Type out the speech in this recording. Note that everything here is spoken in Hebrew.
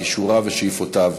כישוריו ושאיפותיו,